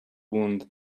wound